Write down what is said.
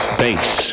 base